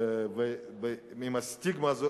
עם הסטיגמה הזאת,